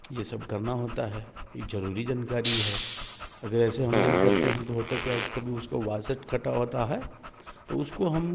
ये सब करना होता है यह ज़रूरी जानकारी है अगर ऐसे हम नहीं करते हैं तो होता क्या है कि कभी उसका वासर कटा होता है तो उसको हम